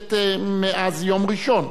הכנסת מאז יום ראשון.